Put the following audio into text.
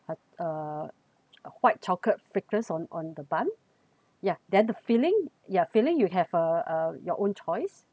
uh uh white chocolate fragrance on on the bun ya then the filling ya filling you have uh uh your own choice